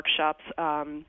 workshops